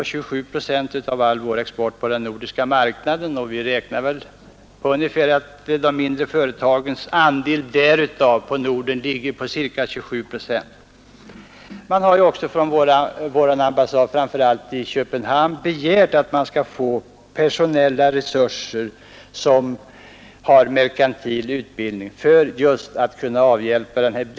27 procent av all vår export går till den nordiska marknaden, och man räknar med att de mindre företagens andel därav utgör ca 27 procent. Våra ambassader, framför allt den i Köpenhamn, har också begärt resurser i form av personal med merkantil utbildning. Fru talman!